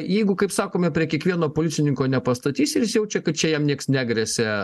jeigu kaip sakome prie kiekvieno policininko nepastatysi ir jis jaučia kad čia jam nieks negresia